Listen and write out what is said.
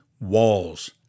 walls